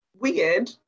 weird